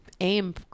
aim